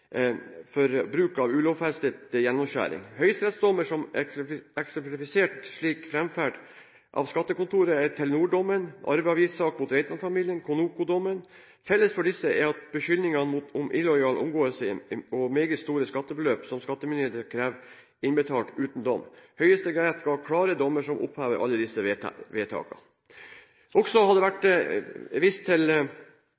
for bruk av ulovfestet gjennomskjæring. Høyesterettsdommer som eksemplifiserer slik fremferd av skattekontorene, er Telenor-dommen, arveavgiftssaken mot Reitan-familien og Conoco-dommen. Felles for disse er beskyldningene om illojal omgåelse og meget store skattebeløp som skattemyndighetene krevde innbetalt uten dom. Høyesterett ga klare dommer som opphevet alle disse vedtakene. Det har også vært